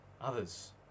others